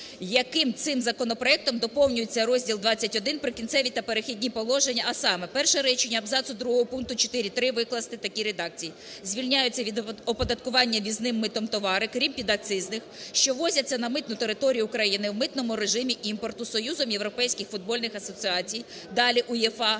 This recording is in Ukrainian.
яким чим законопроектом доповнюється розділ ХХІ "Прикінцеві та перехідні положення". А саме, перше речення абзацу другого пункту 4.3 викласти в такій редакції: "Звільняються від оподаткування ввізним митом товари, крім підакцизних, що ввозяться на митну територію України в митному режимі імпорту Союзом європейських футбольних асоціацій (далі УЄФА),